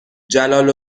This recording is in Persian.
جلال